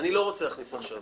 אני לא רוצה להכניס עכשיו.